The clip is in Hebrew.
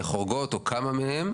חורגות, או כמה מהן.